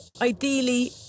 Ideally